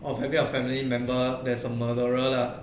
of having a family member that's a murderer lah